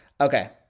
Okay